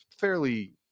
fairly